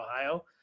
Ohio